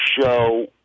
show